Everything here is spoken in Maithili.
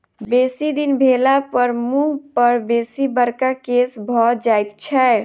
बेसी दिन भेलापर मुँह पर बेसी बड़का केश भ जाइत छै